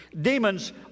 Demons